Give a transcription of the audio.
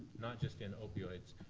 not just and opioids,